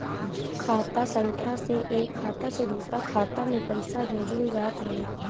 खाता संख्या से एक खाता से दूसरा खाता में पईसा भेजल जात हवे